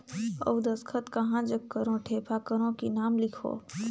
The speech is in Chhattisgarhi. अउ दस्खत कहा जग करो ठेपा करो कि नाम लिखो?